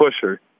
pusher